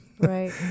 Right